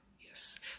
Yes